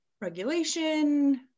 regulation